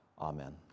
Amen